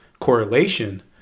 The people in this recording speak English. correlation